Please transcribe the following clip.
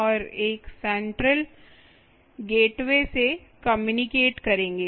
और एक central gateway से कम्यूनिकेट करेंगे